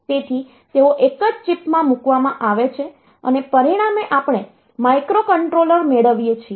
તેથી તેઓ એક જ ચિપમાં મૂકવામાં આવે છે અને પરિણામે આપણે માઇક્રોકન્ટ્રોલર મેળવીએ છીએ